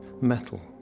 Metal